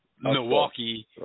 Milwaukee